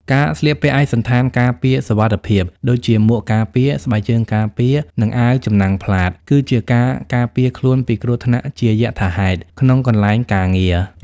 ការស្លៀកពាក់ឯកសណ្ឋានការពារសុវត្ថិភាព ដូចជាមួកការងារ ស្បែកជើងការពារ និងអាវចំណាំងផ្លាត គឺជាការការពារខ្លួនពីគ្រោះថ្នាក់ជាយថាហេតុក្នុងកន្លែងការងារ។